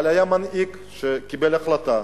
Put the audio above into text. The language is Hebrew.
אבל היה מנהיג שקיבל החלטה.